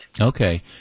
okay